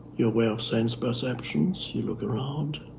you're aware of sense perceptions. you look around,